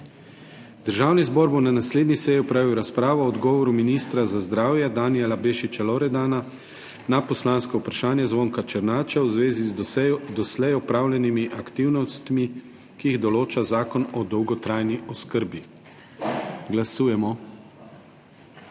Državni zbor bo na naslednji seji opravil razpravo o odgovoru ministra za zdravje Danijela Bešiča Loredana na poslansko vprašanje Zvonka Černača v zvezi z doslej opravljenimi aktivnostmi, ki jih določa Zakon o dolgotrajni oskrbi. Glasujemo.